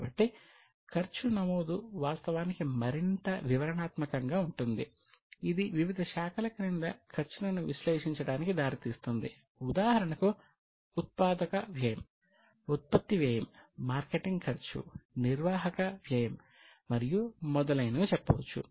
కాబట్టి ఖర్చు నమోదు వాస్తవానికి మరింత వివరణాత్మకంగా ఉంటుంది ఇది వివిధ శాఖల క్రింద ఖర్చులను విశ్లేషించడానికి దారితీస్తుంది ఉదాహరణకు ఉత్పాదక వ్యయం ఉత్పత్తి వ్యయం మార్కెటింగ్ ఖర్చు నిర్వాహక వ్యయం మరియు మొదలైనవి చెప్పవచ్చు